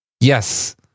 yes